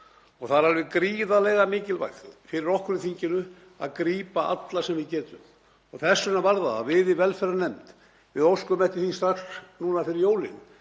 og það er alveg gríðarlega mikilvægt fyrir okkur í þinginu að grípa alla sem við getum. Þess vegna var það að við í velferðarnefnd óskuðum eftir því strax fyrir jólin